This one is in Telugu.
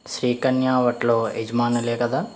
శ్రీ కన్యా హోటలు యజమానులు కదా